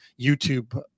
youtube